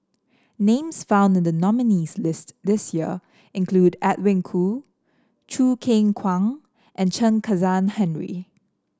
names found in the nominees' list this year include Edwin Koo Choo Keng Kwang and Chen Kezhan Henri